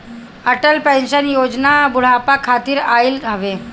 Atal pension योजना बुढ़ापा खातिर आईल हवे